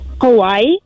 Hawaii